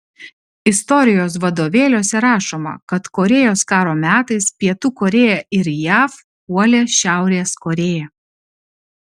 istorijos vadovėliuose rašoma kad korėjos karo metais pietų korėja ir jav puolė šiaurės korėją